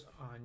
on